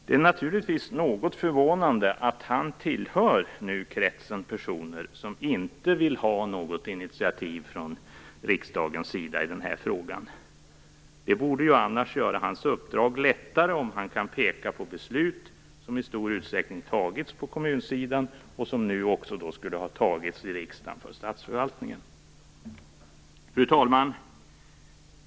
Det är naturligtvis något förvånande att han nu tillhör den krets av personer som inte vill ha något initiativ från riksdagens sida i den här frågan. Det borde ju annars göra hans uppdrag lättare om han kan peka på beslut som i stor utsträckning fattats på kommunsidan och som nu också skulle ha fattats i riksdagen när det gäller statsförvaltningen. Fru talman!